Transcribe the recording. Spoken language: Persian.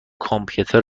کامپیوتر